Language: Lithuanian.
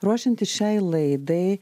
ruošiantis šiai laidai